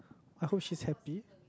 I hope she's happy